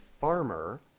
farmer